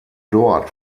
dort